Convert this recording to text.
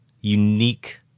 unique